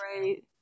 right